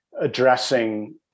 addressing